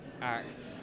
act